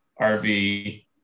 rv